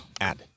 Add